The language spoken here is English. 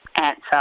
answer